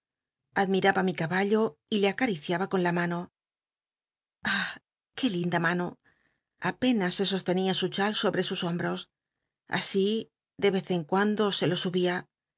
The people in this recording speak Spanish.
admiraba mi caballo y le acariciaba con la mano ah c ué linda mano apenas se sostenia su chal sobre sus horn bos así de ez en cuando se lo subia